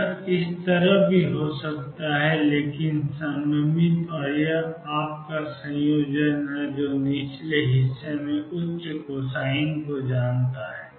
यह इस तरह भी हो सकता है लेकिन सिमिट्रिक और यह आप का संयोजन है जो निचले हिस्से में उच्च कोसाइन को जानता है